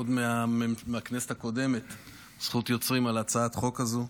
עוד מהכנסת הקודמת זכות יוצרים על הצעת החוק הזו,